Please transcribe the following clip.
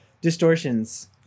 distortions